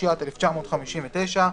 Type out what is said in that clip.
התשי"ט 1959,